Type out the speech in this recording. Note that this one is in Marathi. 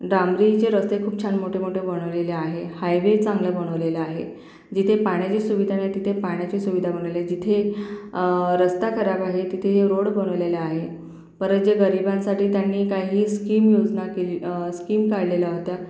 डांबराचे रस्ते खूप छान मोठे मोठे बनवलेले आहे हायवे चांगला बनवलेला आहे जिथे पाण्याची सुविधा नाही तिथे पाण्याची सुविधा बनवली आहे जिथे रस्ता खराब आहे तिथे रोड बनवलेले आहे परत जे गरिबांसाटी त्यांनी काही स्कीम योजना केली स्कीम काढलेल्या होत्या